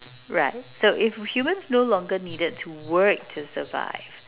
right so if humans no longer needed to work to survive